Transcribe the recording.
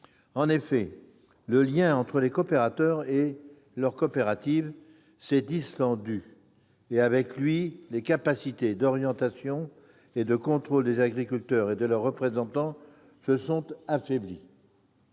En effet, le lien entre les coopérateurs et leur coopérative s'est distendu et, avec lui, les capacités d'orientation et de contrôle des agriculteurs et de leurs représentants se sont affaiblies.